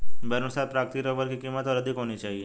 मेरे अनुसार प्राकृतिक रबर की कीमत और अधिक होनी चाहिए